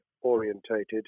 orientated